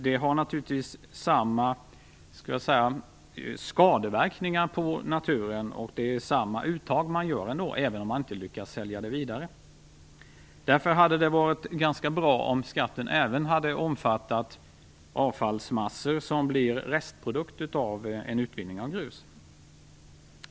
Det har naturligtvis skadeverkningar på naturen, och det är samma uttag som görs, även om man inte lyckas sälja det vidare. Därför hade det varit ganska bra om skatten även hade omfattat avfallsmassor som blir restprodukter av en utvinning av grus.